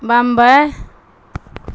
Bombay